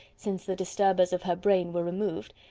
since the disturbers of her brain were removed,